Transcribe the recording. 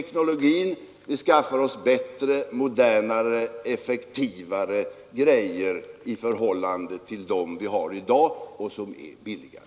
Vi skaffar oss bättre, modernare och effektivare grejor i förhållande till den materiel vi har i dag och som är billigare.